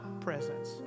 presence